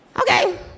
Okay